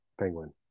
penguin